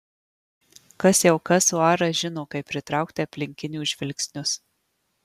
kas jau kas o aras žino kaip pritraukti aplinkinių žvilgsnius